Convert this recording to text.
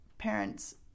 parents